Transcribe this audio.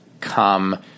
come